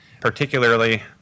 particularly